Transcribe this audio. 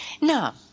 Now